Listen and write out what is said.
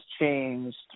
changed